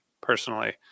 personally